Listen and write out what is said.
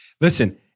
Listen